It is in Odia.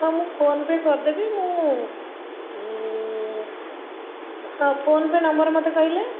ହଁ ମୁଁ ଫୋନ୍ ପେ' କରିଦେବି ମୁଁ ହଁ ଫୋନ୍ ପେ' ନମ୍ବର୍ ମୋତେ କହିଲେ